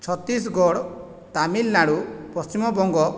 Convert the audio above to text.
Chhattisgarh Tamil Nadu Paschimbanga